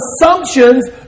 assumptions